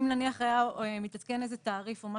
אם נניח היה מתעדכן איזה תעריף או משהו,